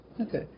Okay